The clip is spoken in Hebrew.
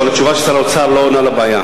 אבל התשובה של שר האוצר לא עונה על הבעיה.